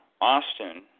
Austin